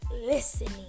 listening